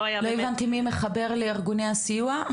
לא הבנתי מי מחבר לארגוני הסיוע?